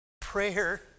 prayer